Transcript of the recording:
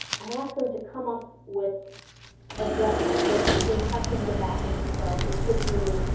i asked them to come up with a gesture, so it could be touching the back of themselves, it could be